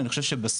אני חושב שבסוף,